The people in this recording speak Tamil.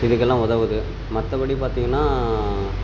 இதுக்கெல்லாம் உதவுது மற்றபடி பார்த்தீங்கன்னா